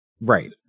right